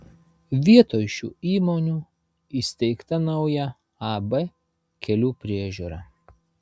vietoj šių įmonių įsteigta nauja ab kelių priežiūra